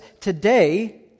today